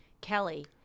Kelly